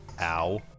Ow